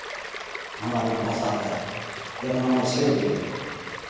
हमरा आरके भाषा तऽ एक नम्बर छेबै कयलै